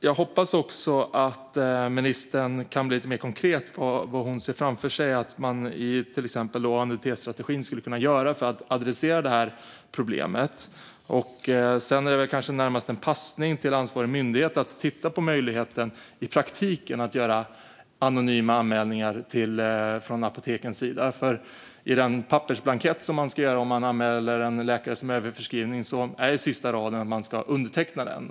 Jag hoppas också att ministern kan beskriva lite mer konkret vad hon ser framför sig att man i till exempel ANDTS-strategin skulle kunna göra för att ta sig an det här problemet. Sedan är det kanske snarast en passning till ansvarig myndighet att titta på möjligheten i praktiken att göra anonyma anmälningar från apotekens sida. Den pappersblankett som man ska fylla i om man anmäler en läkare för överförskrivning ska undertecknas på sista raden.